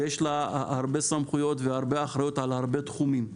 ויש לה המון סמכויות ואחריות על הרבה תחומים.